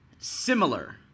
Similar